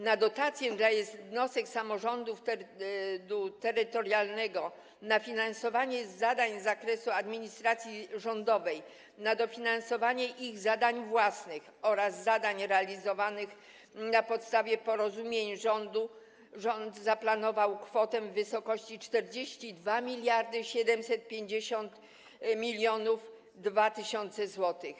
Na dotację dla jednostek samorządu terytorialnego na finansowanie zadań z zakresu administracji rządowej, na dofinansowanie ich zadań własnych oraz zadań realizowanych na podstawie porozumień rząd zaplanował kwotę w wysokości 42 750 002 tys. zł.